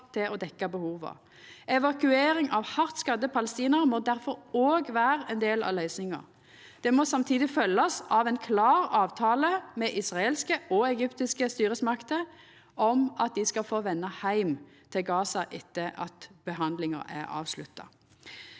til å dekkja behova. Evakueringa av hardt skadde palestinarar må difor òg vera ein del av løysinga. Det må samtidig følgjast av ein klar avtale med israelske og egyptiske styresmakter om at dei skal få venda heim til Gaza etter at behandlinga er avslutta.